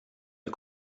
der